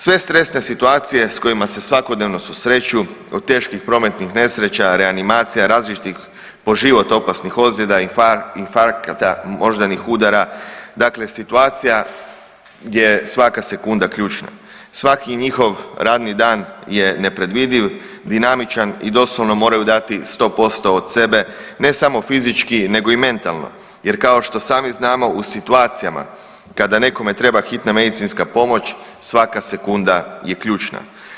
Sve stresne situacije s kojima se svakodnevno susreću od teških prometnih nesreća, reanimacija, različitih po život opasnih ozljeda, infarkta, moždanih udara, dakle situacija gdje je svaka sekunda ključna, svaki njihov radni dan je nepredvidiv, dinamičan i doslovno moraju dati 100% od sebe ne samo fizički nego i mentalno jer kao što sami znamo u situacijama kada nekome treba hitna medicinska pomoć svaka sekunda je ključna.